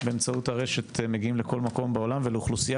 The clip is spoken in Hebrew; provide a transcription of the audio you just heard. באמצעות הרשת מגיעים לכל מקום בעולם ולאוכלוסייה